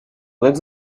like